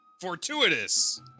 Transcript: fortuitous